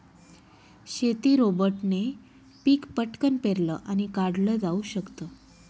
शेती रोबोटने पिक पटकन पेरलं आणि काढल जाऊ शकत